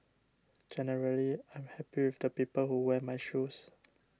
generally I'm happy with the people who wear my shoes